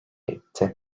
etti